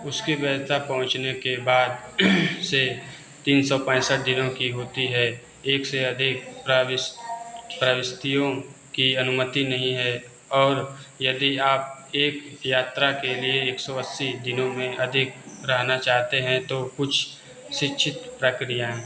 उसकी वैधता पहुँचने के बाद से तीन सौ पैँसठ दिनों की होती है एक से अधिक प्राविश प्राविष्टियों की अनुमति नहीं है और यदि आप एक यात्रा के लिए एक सौ अस्सी दिनों में अधिक रहना चाहते हैं तो कुछ शिक्षित प्रक्रियाएँ